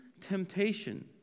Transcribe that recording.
temptation